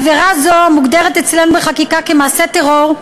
עבירה זו מוגדרת אצלנו בחקיקה כמעשה טרור,